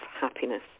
happiness